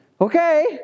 Okay